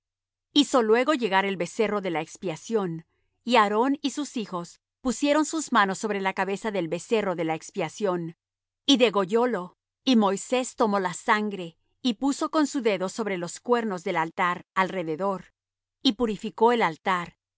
hizo luego llegar el becerro de la expiación y aarón y sus hijos pusieron sus manos sobre la cabeza del becerro de la expiación y degollólo y moisés tomó la sangre y puso con su dedo sobre los cuernos del altar alrededor y purificó el altar